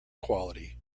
quality